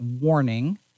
warning